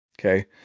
Okay